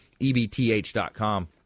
EBTH.com